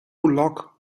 lock